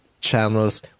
channels